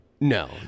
No